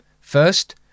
First